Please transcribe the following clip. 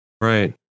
Right